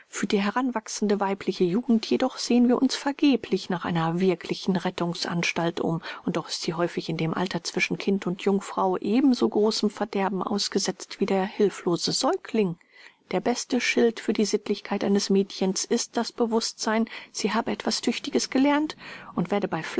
für die heranwachsende weibliche jugend jedoch sehen wir uns vergebens nach einer wirklichen rettungsanstalt um und doch ist sie häufig in dem alter zwischen kind und jungfrau ebenso großem verderben ausgesetzt wie der hülflose säugling der beste schild für die sittlichkeit eines mädchens ist das bewußtsein sie habe etwas tüchtiges gelernt und werde bei